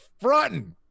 fronting